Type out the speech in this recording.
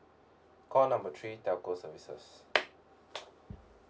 call number three telco services